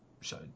show